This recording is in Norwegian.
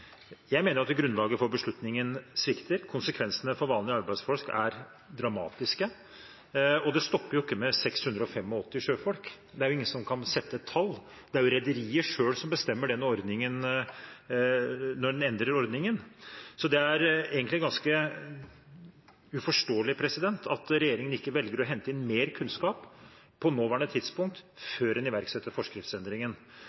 Jeg mener at grunnlaget for beslutningen svikter. Konsekvensene for vanlige arbeidsfolk er dramatiske. Og det stopper jo ikke med 685 sjøfolk – det er ingen som kan sette et tall, det er jo rederiet selv som bestemmer når en endrer ordningen. Så det er egentlig ganske uforståelig at regjeringen ikke velger å hente inn mer kunnskap på nåværende tidspunkt,